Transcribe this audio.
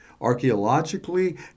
Archaeologically